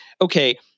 okay